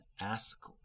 ask